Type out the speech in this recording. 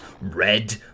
red